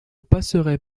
passerait